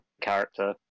character